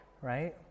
right